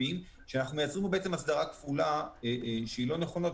שאנחנו מייצרים פה בעצם אסדרה כפולה שהיא לא נכונה.